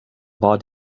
war